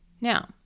Now